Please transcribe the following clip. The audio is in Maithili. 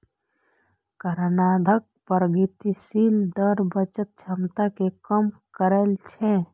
कराधानक प्रगतिशील दर बचत क्षमता कें कम करै छै